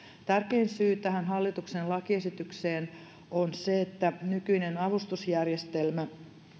tärkein syy tähän hallituksen lakiesitykseen on se että nykyinen avustusjärjestelmä